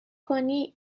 کنی